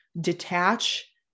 detach